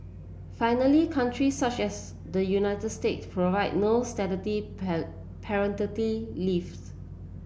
finally countries such as the United States provide no statutory paternity leaves